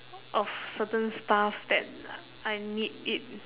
of certain stuffs that I need it